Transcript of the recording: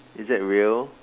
is that real